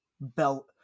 Belt